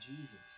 Jesus